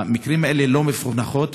המקרים האלה לא מפוענחים,